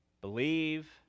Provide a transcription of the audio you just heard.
believe